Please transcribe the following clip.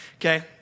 Okay